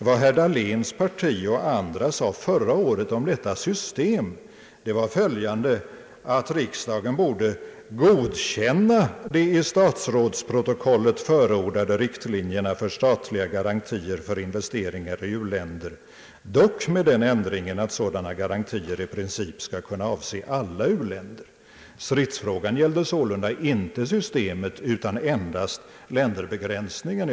Vad herr Dahlén och andra sade förra året om detta system var att riksdagen borde godkänna de i statsrådsprotokollet förordade riktlinjerna för statliga garantier för investeringar i u-länder, dock med den ändringen att sådana garantier i princip skall kunna avse alla u-länder. Stridsfrågan gällde således inte systemet, utan endast länderbegränsningen.